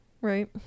Right